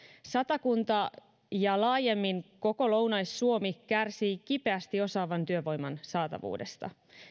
satakunta ja laajemmin koko lounais suomi kärsivät kipeästi osaavan työvoiman saatavuudesta